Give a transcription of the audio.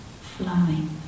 flowing